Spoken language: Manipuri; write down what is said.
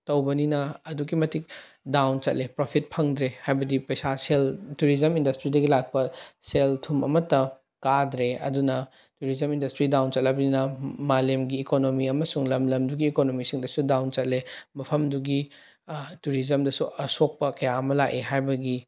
ꯇꯧꯕꯅꯤꯅ ꯑꯗꯨꯛꯀꯤ ꯃꯇꯤꯛ ꯗꯥꯎꯟ ꯆꯠꯂꯦ ꯄ꯭ꯔꯣꯐꯤꯠ ꯐꯪꯗ꯭ꯔꯦ ꯍꯥꯏꯕꯗꯤ ꯄꯩꯁꯥ ꯁꯦꯜ ꯇꯨꯔꯤꯖꯝ ꯏꯟꯗꯁꯇ꯭ꯔꯤꯗꯒꯤ ꯂꯥꯛꯄ ꯁꯦꯜ ꯊꯨꯝ ꯑꯃꯠꯇ ꯀꯥꯗ꯭ꯔꯦ ꯑꯗꯨꯅ ꯇꯨꯔꯤꯖꯝ ꯏꯟꯗꯁꯇ꯭ꯔꯤ ꯗꯥꯎꯟ ꯆꯠꯂꯝꯕꯅꯤꯅ ꯃꯥꯂꯦꯝꯒꯤ ꯏꯀꯣꯅꯣꯃꯤ ꯑꯃꯁꯨꯡ ꯂꯝ ꯂꯝꯗꯨꯒꯤ ꯏꯀꯣꯅꯣꯃꯤꯁꯤꯡꯗꯁꯨ ꯗꯥꯎꯟ ꯆꯠꯂꯦ ꯃꯐꯝꯗꯨꯒꯤ ꯇꯨꯔꯤꯖꯝꯗꯁꯨ ꯑꯁꯣꯛꯄ ꯀꯌꯥ ꯑꯃ ꯂꯥꯛꯑꯦ ꯍꯥꯏꯕꯒꯤ